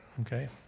okay